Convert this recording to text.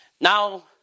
Now